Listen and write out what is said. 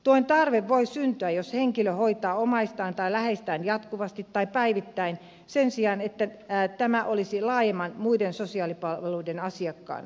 tuen tarve voi syntyä jos henkilö hoitaa omaistaan tai läheistään jatkuvasti tai päivittäin sen sijaan että tämä olisi laajemmin muiden sosiaalipalveluiden asiakkaana